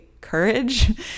courage